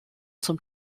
zum